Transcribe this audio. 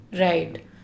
Right